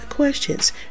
questions